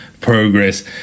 progress